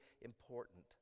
important